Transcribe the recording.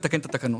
לתקן את התקנות.